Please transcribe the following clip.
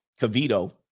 Cavito